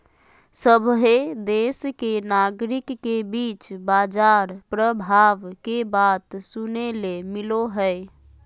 सभहे देश के नागरिक के बीच बाजार प्रभाव के बात सुने ले मिलो हय